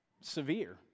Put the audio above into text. severe